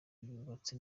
yubatse